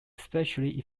especially